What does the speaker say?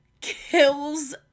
kills